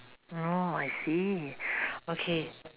mm oh I see okay